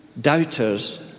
doubters